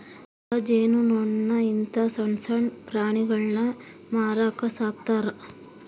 ಮೊಲ, ಜೇನು ನೊಣ ಇಂತ ಸಣ್ಣಣ್ಣ ಪ್ರಾಣಿಗುಳ್ನ ಮಾರಕ ಸಾಕ್ತರಾ